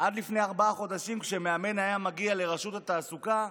עד לפני ארבעה חודשים כשמאמן היה מגיע לרשות התעסוקה,